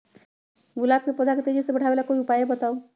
गुलाब के पौधा के तेजी से बढ़ावे ला कोई उपाये बताउ?